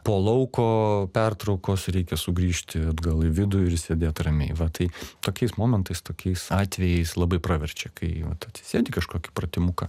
po lauko pertraukos reikia sugrįžti atgal į vidų ir išsėdėt ramiai va tai tokiais momentais tokiais atvejais labai praverčia kai atsisėdi kažkokį pratimuką